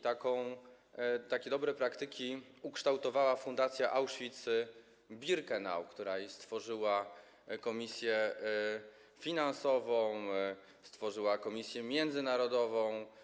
Takie dobre praktyki ukształtowała Fundacja Auschwitz-Birkenau, która stworzyła komisję finansową, stworzyła komisję międzynarodową.